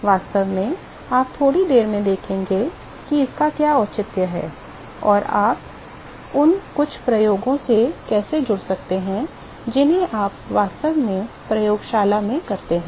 वास्तव में आप थोड़ी देर में देखेंगे कि इसका क्या औचित्य है और आप उन कुछ प्रयोगों से कैसे जुड़ सकते हैं जिन्हें आप वास्तव में प्रयोगशाला में करते हैं